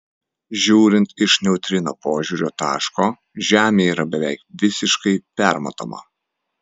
žiūrint iš neutrino požiūrio taško žemė yra beveik visiškai permatoma